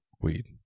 weed